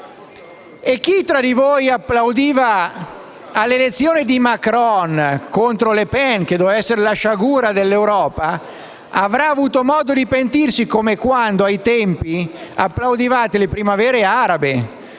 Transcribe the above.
E chi tra di voi applaudiva l'elezione di Macron contro Le Pen, che doveva essere la sciagura dell'Europa, avrà avuto modo di pentirsi, come con le primavere arabe,